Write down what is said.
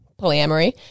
polyamory